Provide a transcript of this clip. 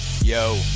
Yo